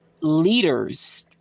leaders